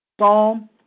Psalm